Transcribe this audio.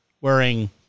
wearing